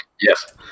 yes